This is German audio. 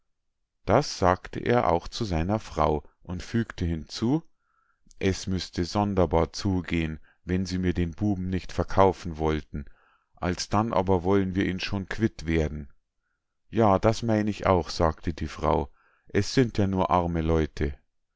das sagte er auch zu seiner frau und fügte hinzu es müßte sonderbar zugehen wenn sie mir den buben nicht verkaufen wollten alsdann aber wollen wir ihn schon quitt werden ja das mein ich auch sagte die frau es sind ja nur arme leute